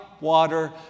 water